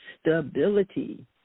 stability